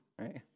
right